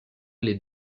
les